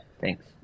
Thanks